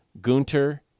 Gunter